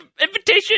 invitation